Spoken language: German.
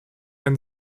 ein